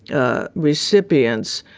ah recipients,